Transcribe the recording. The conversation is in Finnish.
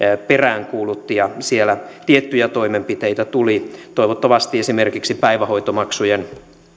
peräänkuulutti ja siellä tiettyjä toimenpiteitä tuli toivottavasti esimerkiksi päivähoitomaksujen